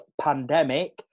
Pandemic